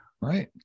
Right